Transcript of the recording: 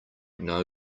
know